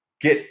get